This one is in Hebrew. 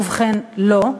ובכן, לא.